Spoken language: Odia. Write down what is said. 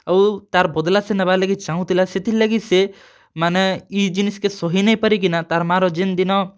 ଆଉ ତା'ର୍ ବଦ୍ଲା ସେ ନେବାର୍ ଲାଗି ଚାହୁଁଥିଲା ସେଥିର୍ଲାଗି ସେ ମାନେ ଇ ଜିନିଷ୍କେ ସହି ନାଇଁ ପାରିକିନା ତା'ର୍ ମାଆର ଯେନ୍ଦିନ